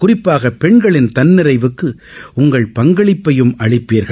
குறிப்பாக பெண்களின் தன்னிறைவுக்கு உங்கள் பங்களிப்பையும் அளிப்பீர்கள்